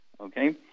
okay